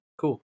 Cool